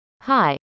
Hi